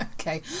Okay